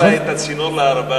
אתה הזכרת את הצינור לערבה,